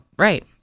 Right